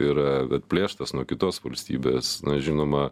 yra atplėštas nuo kitos valstybės na žinoma